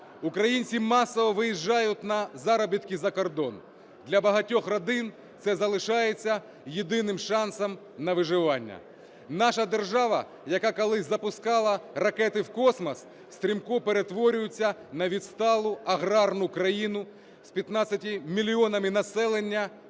Українці масово виїжджають на заробітки за кордон. Для багатьох родин це залишається єдиним шансом на виживання. Наша держава, яка колись запускала ракети в космос, стрімко перетворюється на відсталу аграрну країну з 15 мільйонами населення